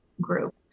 group